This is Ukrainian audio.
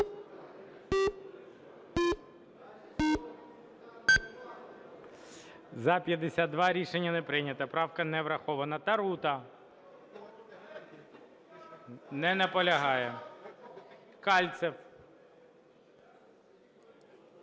За-52 Рішення не прийнято. Правка не врахована. Тарута. Не наполягає. Кальцев.